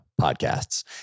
podcasts